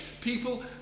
people